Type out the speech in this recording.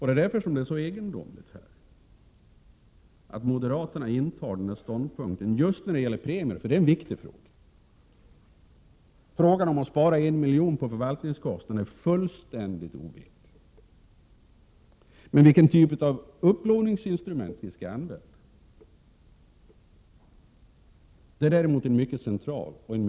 Därför är det egendomligt att moderaterna intar denna ståndpunkt just när det gäller premieobligationer. Detta är en viktig fråga, medan frågan om att spara en miljon på förvaltningskostnadsanslaget är fullständigt oviktig. Men vilken typ av upplåningsinstrument vi skall använda är en central fråga.